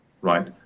Right